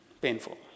Painful